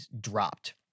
dropped